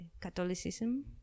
Catholicism